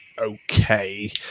okay